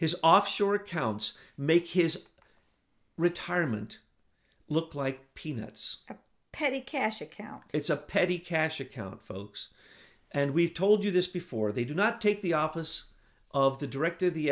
his offshore accounts make his retirement look like peanuts petty cash account it's a petty cash account folks and we've told you this before they do not take the office of the director